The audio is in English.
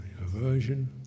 aversion